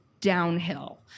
downhill